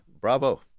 Bravo